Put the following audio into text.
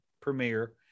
premiere